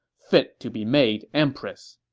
fit to be made empress.